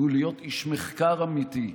והוא להיות איש מחקר אמיתי,